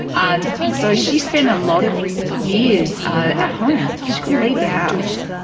and so she spent a lot of years ah at home. she couldn't leave the house.